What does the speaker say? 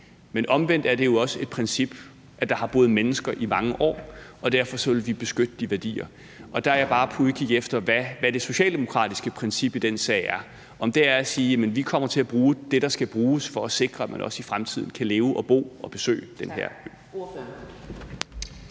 Men omvendt er det jo også et princip, at der har boet mennesker i mange år, og at vi derfor vil beskytte de værdier. Der er jeg bare på udkig efter at få at vide, hvad det socialdemokratiske princip i den sag er – om det er at sige, at man kommer til at bruge det, der skal bruges, for at sikre, at folk også i fremtiden kan leve og bo på og besøge den her ø.